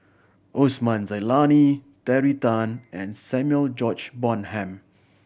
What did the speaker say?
Osman Zailani Terry Tan and Samuel George Bonham